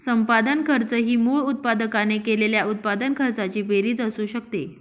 संपादन खर्च ही मूळ उत्पादकाने केलेल्या उत्पादन खर्चाची बेरीज असू शकते